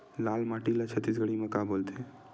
लाल माटी ला छत्तीसगढ़ी मा का बोलथे?